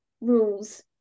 rules